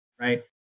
right